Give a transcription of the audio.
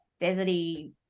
deserty